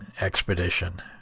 expedition